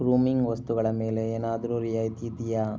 grooming ವಸ್ತುಗಳ ಮೇಲೆ ಏನಾದರೂ ರಿಯಾಯಿತಿ ಇದೆಯಾ